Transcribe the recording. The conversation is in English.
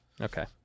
okay